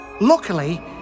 luckily